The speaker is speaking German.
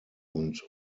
und